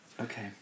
Okay